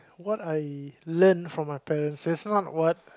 what I learn from my parents say someone what